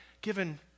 given